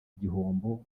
igihombo